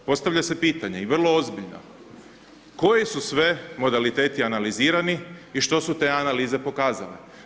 Postavlja se pitanje i vrlo ozbiljno koji su sve modaliteti analizirani i što su te analize pokazale?